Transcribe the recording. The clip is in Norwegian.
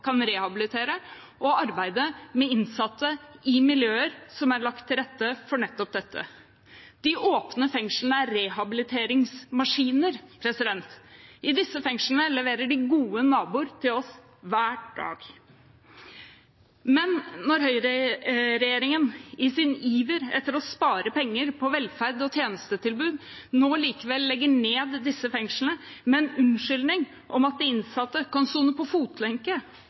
kan rehabilitere og arbeide med innsatte i miljøer som er lagt til rette for nettopp dette. De åpne fengslene er rehabiliteringsmaskiner. I disse fengslene leverer de gode naboer til oss hver dag. Når nå høyreregjeringen i sin iver etter å spare penger på velferd og tjenestetilbud likevel legger ned disse fengslene med en unnskyldning om at de innsatte kan sone med fotlenke,